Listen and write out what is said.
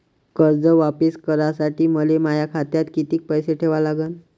कर्ज वापिस करासाठी मले माया खात्यात कितीक पैसे ठेवा लागन?